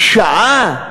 שעה?